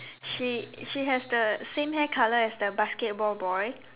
she she has the same hair color as the basketball boy